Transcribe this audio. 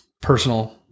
personal